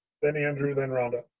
then andrew, then rhonda.